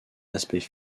aspect